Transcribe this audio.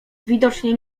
widocznie